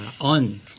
on